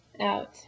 out